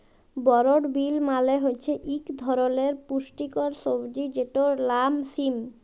বরড বিল মালে হছে ইক ধরলের পুস্টিকর সবজি যেটর লাম সিম